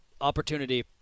opportunity –